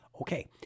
Okay